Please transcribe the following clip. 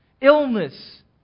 illness